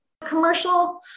commercial